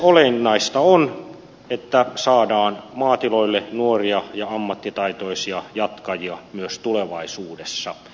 olennaista on että saadaan maatiloille nuoria ja ammattitaitoisia jatkajia myös tulevaisuudessa